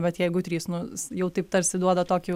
bet jeigu trys nu jau taip tarsi duoda tokį